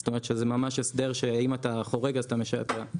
זאת אומרת שזה ממש הסדר שאם אתה חורג אז אתה ניזוק.